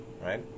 right